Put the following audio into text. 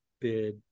bid